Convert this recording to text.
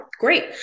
great